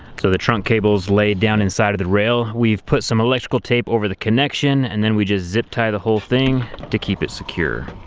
so the trunk cables lay down inside of the rail. we've put some electrical tape over the connection, and then we just zip tie the whole thing to keep it secure.